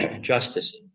justice